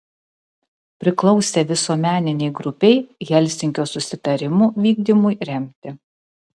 priklausė visuomeninei grupei helsinkio susitarimų vykdymui remti